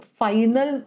final